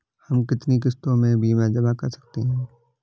हम कितनी किश्तों में बीमा जमा कर सकते हैं?